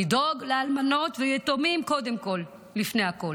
לדאוג לאלמנות וליתומים קודם כול, לפני הכול.